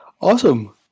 awesome